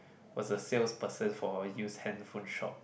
was a salesperson for a used handphone shop